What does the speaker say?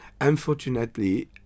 Unfortunately